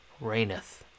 reigneth